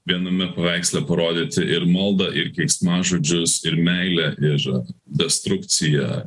viename paveiksle parodyti ir maldą ir keiksmažodžius ir meilę ir destrukciją